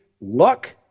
luck